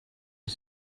you